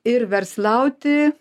ir verslauti